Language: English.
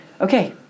okay